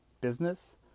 business